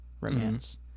romance